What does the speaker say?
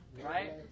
right